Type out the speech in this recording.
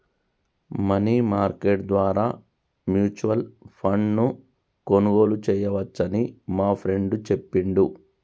money market ద్వారా mutual ఫండ్ను కొనుగోలు చేయవచ్చని మా ఫ్రెండు చెప్పిండు